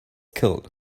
killed